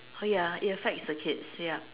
oh ya it affects the kids yup